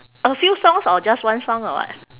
a few songs or just one song or what